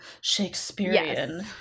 Shakespearean